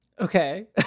Okay